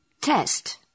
test